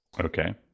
Okay